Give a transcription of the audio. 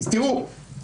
אתה קורא פסקי